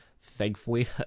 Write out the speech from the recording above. Thankfully